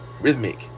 rhythmic